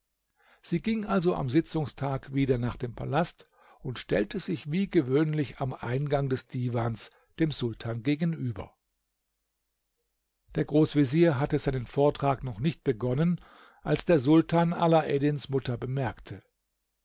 sie ging also am sitzungstag wieder nach dem palast und stellte sich wie gewöhnlich am eingang des divans dem sultan gegenüber der großvezier hatte seinen vortrag noch nicht begonnen als der sultan alaeddins mutter bemerkte